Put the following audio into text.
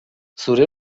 zure